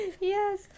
Yes